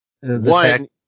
One